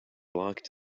locked